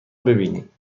ببینید